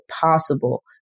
possible